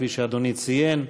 כפי שאדוני ציין,